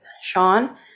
Sean